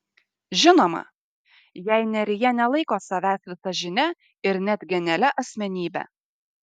žinoma jei nerija nelaiko savęs visažine ir net genialia asmenybe